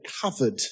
covered